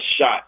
shot